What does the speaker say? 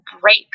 break